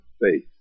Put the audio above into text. faith